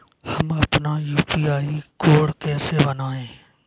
हम अपना UPI code कैसे बनाएँ?